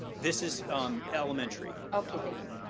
this is elementary. okay, thank you.